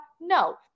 No